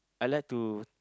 I like to